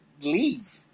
Leave